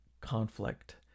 conflict